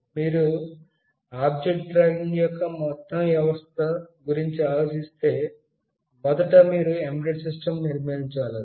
మీరు object tracking యొక్క మొత్తం వ్యవస్థ గురించి ఆలోచిస్తే మొదట మీరు ఎంబెడెడ్ సిస్టమ్ను నిర్మించాలి